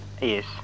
Yes